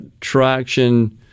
traction